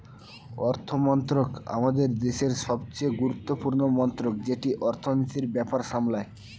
অর্থমন্ত্রক আমাদের দেশের সবচেয়ে গুরুত্বপূর্ণ মন্ত্রক যেটি অর্থনীতির ব্যাপার সামলায়